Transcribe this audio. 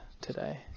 today